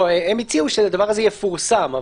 הם הציעו שהדבר הזה יפורסם.